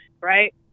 right